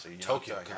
Tokyo